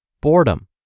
boredom